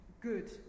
good